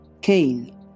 Cain